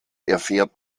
erfährt